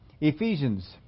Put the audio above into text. Ephesians